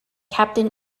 captain